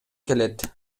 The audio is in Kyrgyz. келет